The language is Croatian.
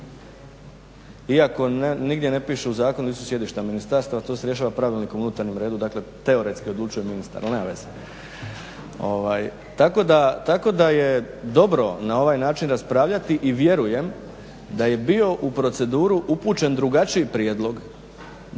Iako nigdje ne piše u zakonu gdje su sjedišta ministarstva, a to se rješava Pravilnikom u unutarnjem redu, dakle teoretski odlučuje ministar, ali nema veze. Tako da je dobro na ovaj način raspravljati i vjerujem da je bio u proceduru upućen drugačiji prijedlog,